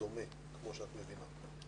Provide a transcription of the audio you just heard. כמו שאלת מבינה זה דומה.